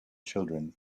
children